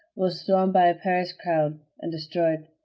was stormed by a paris crowd and destroyed.